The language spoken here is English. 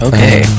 Okay